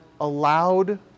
allowed